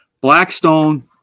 Blackstone